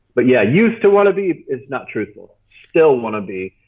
but yeah, used to want to be is not truthful. still want to be,